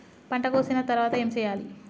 పంట కోసిన తర్వాత ఏం చెయ్యాలి?